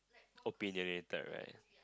opinionated right